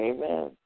Amen